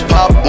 Pop